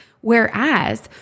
Whereas